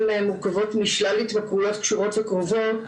מורכבות משלל התמכרויות קשורות וקרובות.